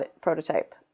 prototype